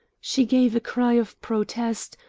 she gave a cry of protest,